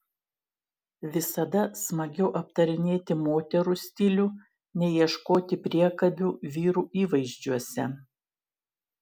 visada smagiau aptarinėti moterų stilių nei ieškoti priekabių vyrų įvaizdžiuose